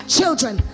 Children